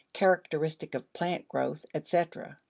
characteristic of plant growth, etc.